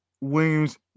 williams